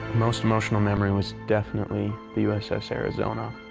most emotional memory was definitely the uss arizona.